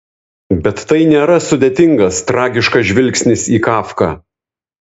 bet tai nėra sudėtingas tragiškas žvilgsnis į kafką